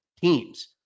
teams